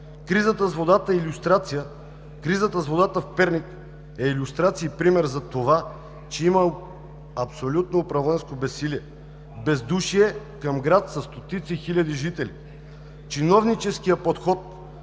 и страдат 300 хиляди души. Кризата с водата в Перник е илюстрация и пример за това, че има абсолютно управленско безсилие, бездушие към град със стотици хиляди жители. Чиновническият подход